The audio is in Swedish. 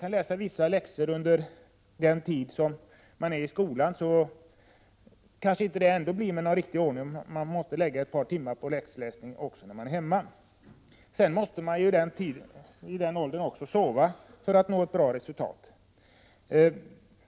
Även om vissa läxor kan läsas under tiden i skolan kanske man ändå måste lägga ett par timmar på läxläsning hemma. I den här åldern måste man också sova för att uppnå ett bra resultat.